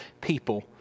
people